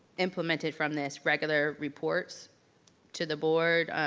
implemented from this regular reports to the board,